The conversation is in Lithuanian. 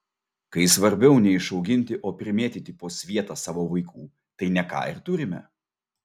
kai svarbiau ne išauginti o primėtyti po svietą savo vaikų tai ne ką ir turime